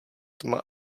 tma